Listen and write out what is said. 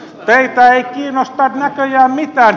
teitä ei kiinnosta näköjään mitään